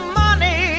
money